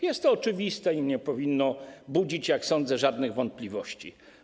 Jest to oczywiste i nie powinno budzić, jak sądzę, żadnych wątpliwości.